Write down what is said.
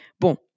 Bon